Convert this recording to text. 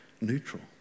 neutral